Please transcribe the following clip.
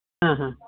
ಹಾಂ ಹಾಂ